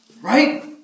Right